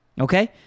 Okay